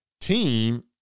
team